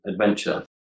adventure